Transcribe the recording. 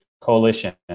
coalition